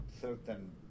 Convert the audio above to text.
certain